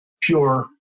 pure